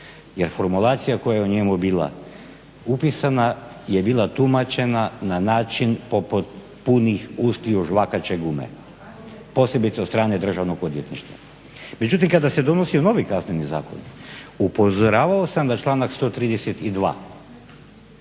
Jer formulacija koja je u njemu bila upisana je bila tumačena na način poput punih ustiju žvakaće gume, posebice od strane Državnog odvjetništva. Međutim, kada se donosio novi Kazneni zakon upozoravao sam na članak 132.,